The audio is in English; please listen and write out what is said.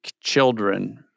children